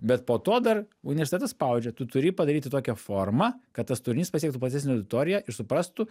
bet po to dar universitetas spaudžia tu turi padaryti tokią formą kad tas turinys pasiektų platesnę auditoriją ir suprastų